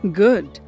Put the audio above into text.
good